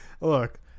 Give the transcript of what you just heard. Look